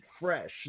fresh